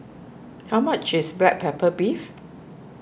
how much is Black Pepper Beef